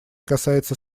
касается